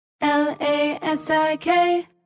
L-A-S-I-K